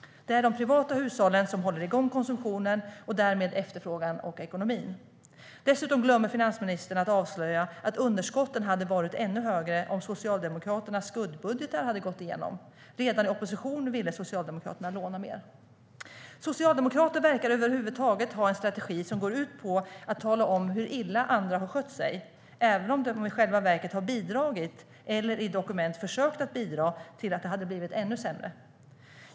Det är de privata hushållen som håller igång konsumtionen och därmed efterfrågan och ekonomin. Dessutom glömmer finansministern att avslöja att underskotten skulle ha varit ännu högre om Socialdemokraternas skuggbudgetar hade gått igenom. Redan i opposition ville Socialdemokraterna låna mer. Socialdemokrater verkar över huvud taget ha en strategi som går ut på att tala om hur illa andra har skött sig, även om de i själva verket har bidragit, eller i dokument försökt att bidra, till att det skulle ha blivit ännu sämre.